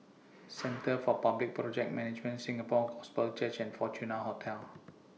Centre For Public Project Management Singapore Gospel Church and Fortuna Hotel